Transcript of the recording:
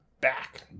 back